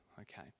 okay